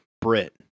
Brit